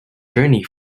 journey